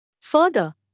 Further